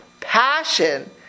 passion